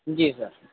جی سر